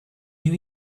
you